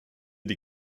die